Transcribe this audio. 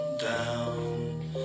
down